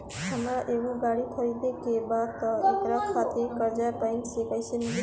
हमरा एगो गाड़ी खरीदे के बा त एकरा खातिर कर्जा बैंक से कईसे मिली?